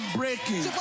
breaking